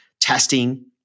testing